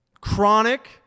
chronic